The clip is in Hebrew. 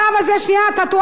אתה תאהב לשמוע את זה,